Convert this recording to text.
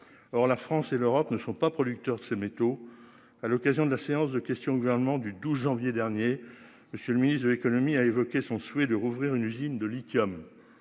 Or la France et l'Europe ne sont pas producteurs de ces métaux. À l'occasion de la séance de questions au gouvernement du 12 janvier dernier. Monsieur le ministre de l'Économie a évoqué son souhait de rouvrir une usine de lithium.